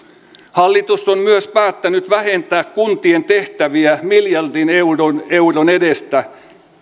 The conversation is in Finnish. hallitus on myös päättänyt vähentää kuntien tehtäviä miljardin euron euron edestä